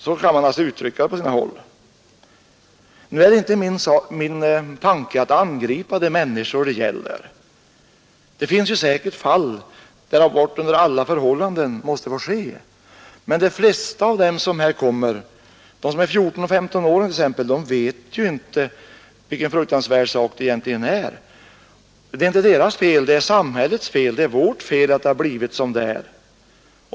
Så kan man alltså uttrycka det på sina håll. Nu är det inte min tanke att angripa de människor det gäller. Det finns säkert fall där abort under alla förhållanden måste få ske. Men de flesta av dem som söker abort, de som är 14—15 år t.ex., vet ju inte vilken fruktansvärd sak det egentligen är. Men det är inte deras fel utan det är samhällets fel. Det är vårt fel att det blivit som det är.